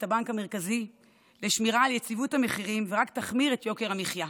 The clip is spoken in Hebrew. המרכזי לשמירה על יציבות המחירים ורק תגביר את יוקר המחיה.